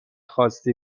خواستی